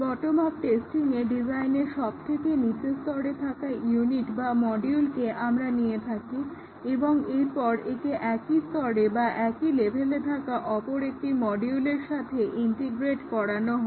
bottom up টেস্টিংয়ে ডিজাইনের সবথেকে নিচের স্তরে থাকা ইউনিট বা মডিউলকে আমরা নিয়ে থাকি এবং এরপর একে একই স্তরে বা একই লেভেলে থাকা অপর একটি মডিউলের সাথে ইন্টিগ্রেট করানো হয়